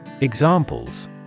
Examples